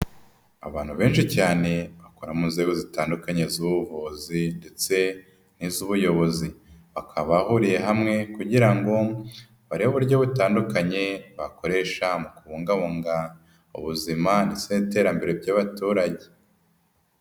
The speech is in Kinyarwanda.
Abantu benshi cyane bakora mu nzego zitandukanye z'ubuvuzi ndetse n'iz'ubuyobozi, bakaba bahuriye hamwe kugira ngo barebe uburyo butandukanye bakoresha mu kubungabunga ubuzima ndetse n'iterambere ry'abaturage.